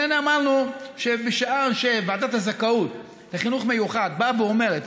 אמרנו שבשעה שוועדת הזכאות לחינוך מיוחד באה ואומרת,